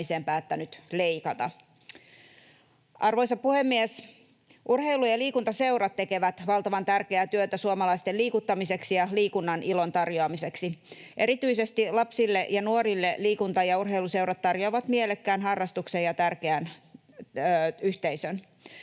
päättänyt leikata. Arvoisa puhemies! Urheilu- ja liikuntaseurat tekevät valtavan tärkeää työtä suomalaisten liikuttamiseksi ja liikunnan ilon tarjoamiseksi. Erityisesti lapsille ja nuorille liikunta- ja urheiluseurat tarjoavat mielekkään harrastuksen ja tärkeän yhteisön.